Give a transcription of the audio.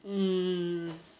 mm